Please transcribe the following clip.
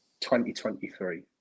2023